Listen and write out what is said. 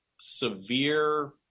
severe